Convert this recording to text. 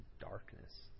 darkness